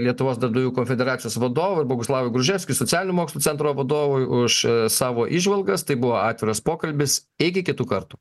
lietuvos darbdavių konfederacijos vadovas boguslavas gruževskis socialinių mokslų centro vadovui už savo įžvalgas tai buvo atviras pokalbis iki kitų kartų